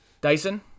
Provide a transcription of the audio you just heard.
Dyson